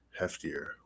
heftier